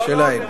זה סגן שלהם.